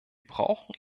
brauchen